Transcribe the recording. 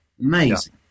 amazing